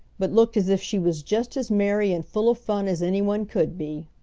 but looked as if she was just as merry and full of fun as anyone could be.